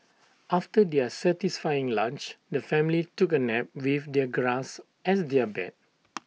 after their satisfying lunch the family took A nap with the grass as their bed